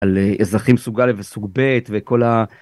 על אזרחים סוג א' וסוג ב' וכל ה...